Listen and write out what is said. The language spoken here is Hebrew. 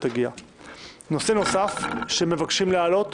נושא שני שמבקשים להעלות